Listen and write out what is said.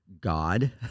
god